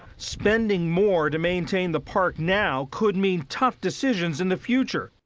spending more to maintain the park now could mean tough decisions in the future.